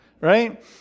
right